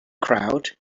crowd